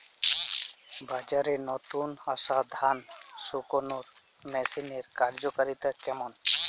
বাজারে নতুন আসা ধান শুকনোর মেশিনের কার্যকারিতা কেমন?